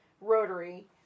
Rotary